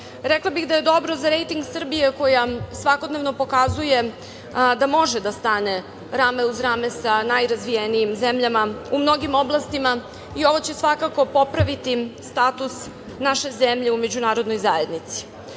bih da je dobro za rejting Srbije, koja svakodnevno pokazuje da može da stane rame uz rame sa najrazvijenijim zemljama u mnogim oblastima. Ovo će svakako popraviti status naše zemlje u međunarodnoj zajednici.